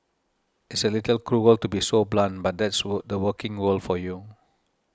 it's a little cruel to be so blunt but that's were the working world for you